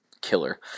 killer